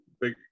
big